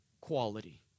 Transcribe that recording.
quality